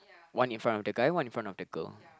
one in front of the guy one in front of the girl